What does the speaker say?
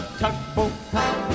tugboat